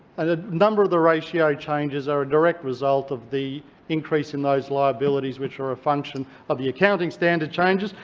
and a number of the ratio changes are a direct result of the increase in those liabilities which were a function of the accounting standard changes,